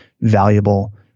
valuable